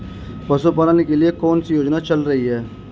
पशुपालन के लिए कौन सी योजना चल रही है?